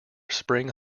spring